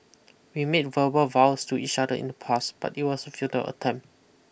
we made verbal vows to each other in the past but it was a futile attempt